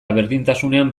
berdintasunean